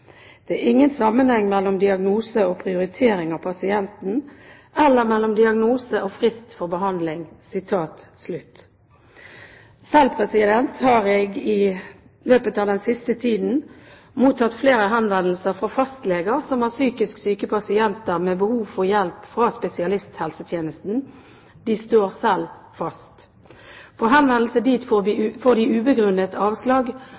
Det er ingen sammenheng mellom diagnose og prioritering av pasienten, eller mellom diagnose og frist for behandling.» Selv har jeg i løpet av den siste tiden mottatt flere henvendelser fra fastleger som har psykisk syke pasienter med behov for hjelp fra spesialisthelsetjenesten. De står selv fast. På henvendelse dit får de ubegrunnet avslag,